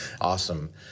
Awesome